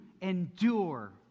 endure